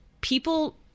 people